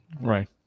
Right